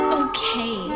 okay